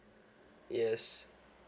yes